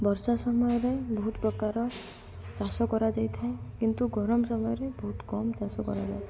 ବର୍ଷା ସମୟରେ ବହୁତ ପ୍ରକାର ଚାଷ କରାଯାଇଥାଏ କିନ୍ତୁ ଗରମ ସମୟରେ ବହୁତ କମ୍ ଚାଷ କରାଯାଇଥାଏ